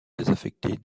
désaffectée